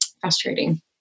frustrating